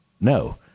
no